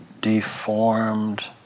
deformed